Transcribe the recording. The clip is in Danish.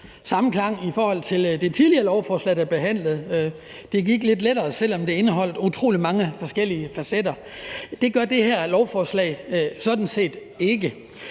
samklang ved det tidligere lovforslag, der blev behandlet. Det gik lidt lettere, selv om det indeholdt utrolig mange forskellige facetter. Det gør det her lovforslag sådan set ikke.